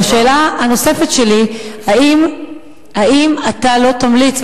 והשאלה הנוספת שלי: האם אתה לא תמליץ,